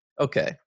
okay